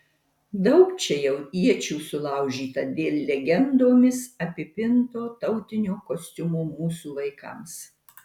daug čia jau iečių sulaužyta dėl legendomis apipinto tautinio kostiumo mūsų vaikams